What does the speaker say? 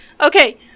Okay